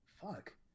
Fuck